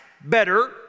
better